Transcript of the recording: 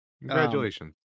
Congratulations